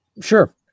Sure